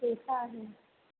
ते तर आहे